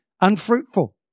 unfruitful